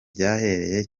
byahereye